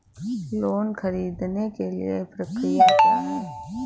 Loan ख़रीदने के लिए प्रक्रिया क्या है?